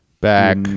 back